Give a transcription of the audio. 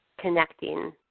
connecting